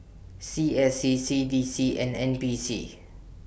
C S C C D C and N P C